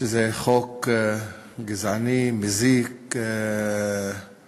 שזה חוק גזעני, מזיק וכו'.